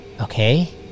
Okay